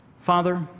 Father